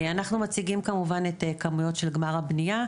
אנחנו מציגים כמובן כמויות של גמר הבנייה,